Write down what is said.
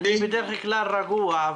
אני בדרך כלל רגוע,